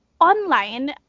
online